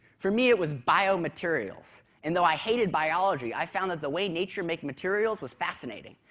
for me it was biomaterials, and though i hated biology, i found that the way nature made materials was fascinating,